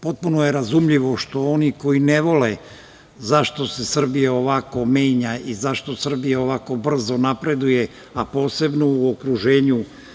Potpuno je razumljivo što oni koji ne vole zašto se Srbija ovako menja i zašto Srbija ovako brzo napreduje, a posebno u okruženju.